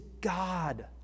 God